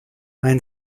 mein